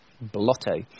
blotto